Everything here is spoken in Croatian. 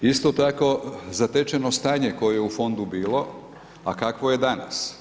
Isto tako zatečeno stanje koje je u fondu bilo, a kakvo je danas.